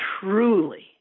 truly